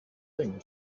thing